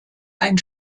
ein